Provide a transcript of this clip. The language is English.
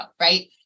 right